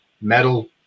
metal